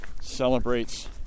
Celebrates